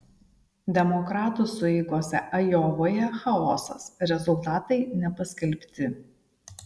demokratų sueigose ajovoje chaosas rezultatai nepaskelbti